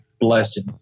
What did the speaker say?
blessing